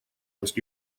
west